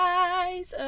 eyes